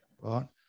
Right